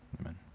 Amen